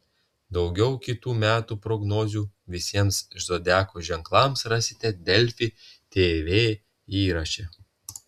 daugiau kitų metų prognozių visiems zodiako ženklams rasite delfi tv įraše